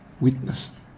witnessed